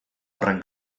horren